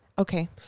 Okay